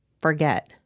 forget